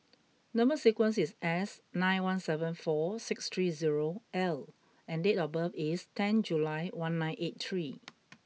number sequence is S nine one seven four six three zero L and date of birth is ten July one nine eight three